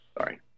Sorry